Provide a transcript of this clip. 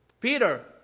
Peter